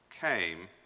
came